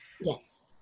Yes